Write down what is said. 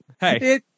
hey